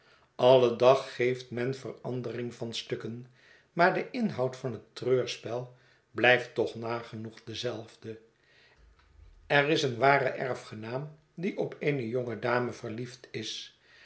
alle dag geeft men verandering van stukken maar de inhoud van het treurspel blijft toch nagenoeg dezelfde er is een ware erfgenaam die op eene jonge dame verliefd is